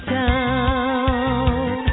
town